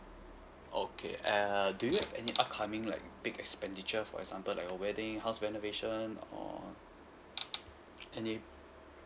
okay uh do you have any upcoming like big expenditure for example like a wedding house renovation or any